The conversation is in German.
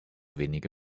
wenige